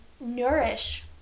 nourish